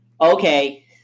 Okay